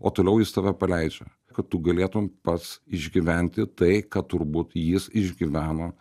o toliau jis tave paleidžia kad tu galėtum pats išgyventi tai ką turbūt jis išgyveno